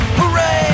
hooray